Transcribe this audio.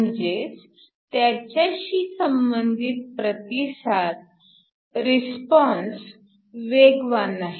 म्हणजेच त्याच्याशी संबंधित प्रतिसाद रिस्पॉन्स response वेगवान आहे